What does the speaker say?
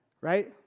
right